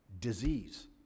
disease